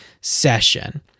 session